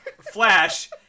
Flash